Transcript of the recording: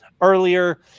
earlier